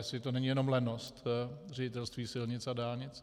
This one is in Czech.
Jestli to není jenom lenost Ředitelství silnic a dálnic.